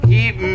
Keep